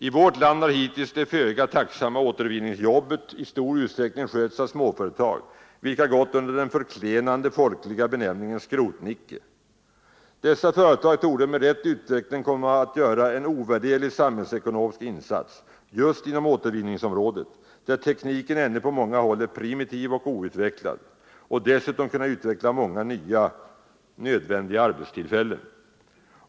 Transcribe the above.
I vårt land har hittills det föga tacksamma återvinningsjobbet i stor utsträckning skötts av småföretag, vilka gått under den förklenande folkliga benämningen ”skrotnicke”. Dessa företag torde med rätt utveckling kunna komma att göra en ovärderlig samhällsekonomisk insats just inom återvinningsområdet, där tekniken ännu på många håll är primitiv och outvecklad, och dessutom kunna utveckla många nya nödvändiga arbetstillfällen.